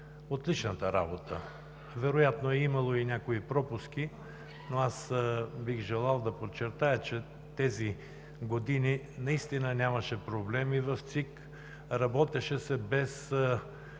отличната работа. Вероятно е имало и някои пропуски, но аз бих желал да подчертая, че тези години наистина нямаше проблеми в ЦИК, работеше се, без